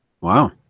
Wow